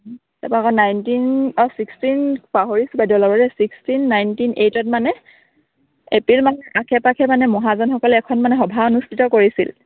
তাৰপা আকৌ নাইনটিন অঁ ছিক্সটিন পাহৰিছো বাইদেউ অলপ দেই ছিক্সটিন নাইনটিন এইটত মানে এপ্ৰিল মানে আশে পাশে মানে মহাজনসকলে এখন মানে সভা অনুষ্ঠিত কৰিছিল